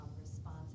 response